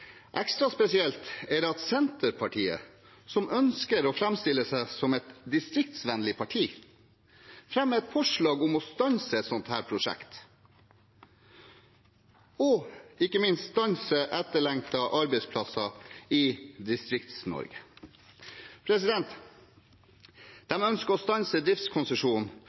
Ekstra spesielt er det at Senterpartiet, som ønsker å framstille seg som et distriktsvennlig parti, fremmer et forslag om å stanse et sånt prosjekt og ikke minst stanse etterlengtede arbeidsplasser i Distrikts-Norge. De ønsker å stanse driftskonsesjonen